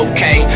Okay